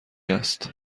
است